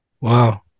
Wow